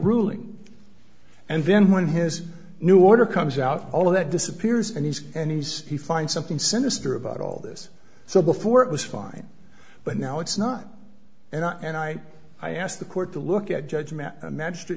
ruling and then when his new order comes out all of that disappears and he's and he's he finds something sinister about all this so before it was fine but now it's not and i and i i asked the court to look at judge matsch